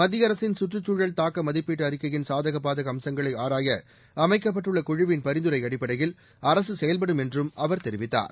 மத்திய அரசின் சுற்றுச்சூழல் தாக்க மதிப்பீட்டு அறிக்கையின் சாதக பாதக அம்சங்களை ஆராய அமைக்கப்பட்டுள்ள குழுவின் பரிந்துரை அடிப்படையில் அரசு செயல்படும் என்றும் அவர் தெரிவித்தார்